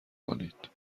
کنید